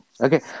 Okay